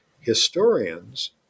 historians